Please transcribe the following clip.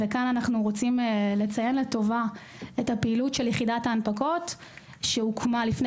כאן אנחנו רוצים לציין לטובה את פעילות יחידה ההנפקות שהוקמה לפני